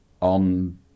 on